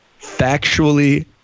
Factually